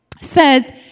says